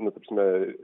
nu ta prasme